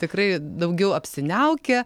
tikrai daugiau apsiniaukę